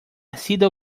sido